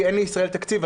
כי אין לישראל תקציב.